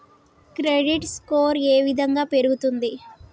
Credit score ఏ విధంగా పెరుగుతుంది?